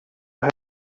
ahead